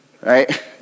right